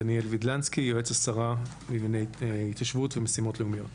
דניאל וידלנסקי יועץ השרה אורית סטרוק במשרד ההתיישבות ומשימות לאומיות.